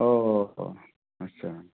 औ औ औ आथसा